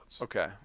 Okay